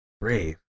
Brave